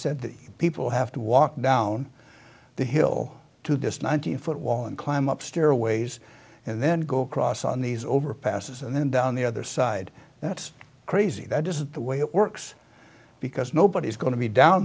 said the people have to walk down the hill to just one thousand foot wall and climb up stairways and then go across on these overpasses and then down the other side that's crazy that is the way it works because nobody's going to down